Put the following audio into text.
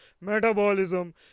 metabolism